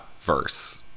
verse